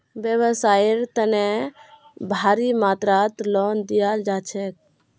व्यवसाइर तने भारी मात्रात लोन दियाल जा छेक